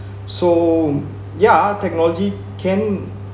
so ya technology can